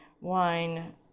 wine